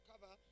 cover